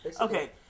Okay